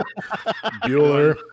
Bueller